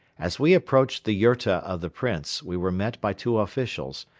as we approached the yurta of the prince, we were met by two officials,